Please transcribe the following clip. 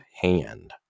hand